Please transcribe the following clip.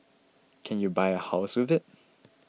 can you buy a house with it